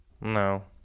No